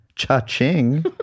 Cha-ching